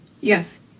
Yes